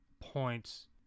points